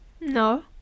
No